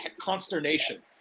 consternation